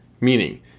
meaning